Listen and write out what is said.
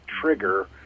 trigger